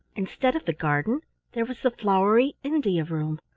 instead of the garden there was the flowery india-room.